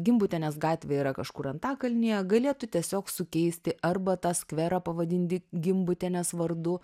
gimbutienės gatvė yra kažkur antakalnyje galėtų tiesiog sukeisti arba tą skverą pavadin gimbutienės vardu